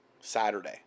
Saturday